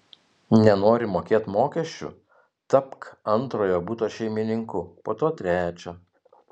nenori mokėt mokesčių tapk antrojo buto šeimininku po to trečio